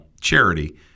charity